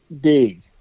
dig